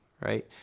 right